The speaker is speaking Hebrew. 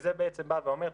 וזה בעצם בא ואומר,